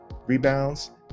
Rebounds